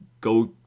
go